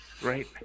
Right